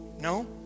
No